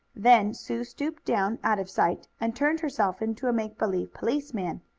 then sue stooped down, out of sight, and turned herself into a make-believe policeman,